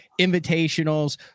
invitationals